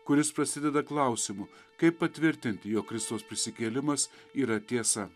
kuris prasideda klausimu kaip patvirtinti jog kristaus prisikėlimas yra tiesa